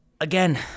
Again